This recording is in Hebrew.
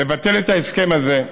לבטל את ההסכם הזה,